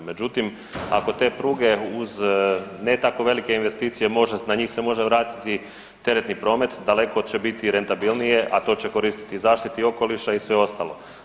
Međutim, ako te pruge uz ne tako velike investicije može, na njih se može vratiti teretni promet daleko će biti rentabilnije, a to će koristiti i zaštiti okoliša i sve ostalo.